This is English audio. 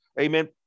amen